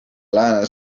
lääne